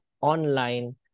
online